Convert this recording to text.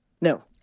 No